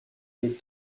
les